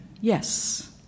Yes